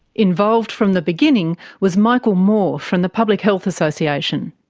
involved from the beginning was michael moore from the public health association.